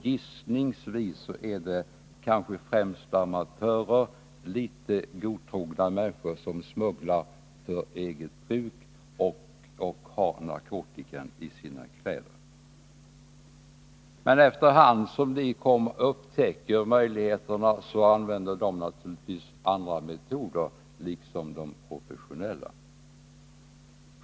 Gissningsvis gäller det främst amatörer och litet godtrogna människor som smugglar för eget bruk och har narkotikan i sina kläder. Men efter hand som möjligheterna upptäcks så kommer dessa människor naturligtvis att använda andra metoder, liksom de professionella.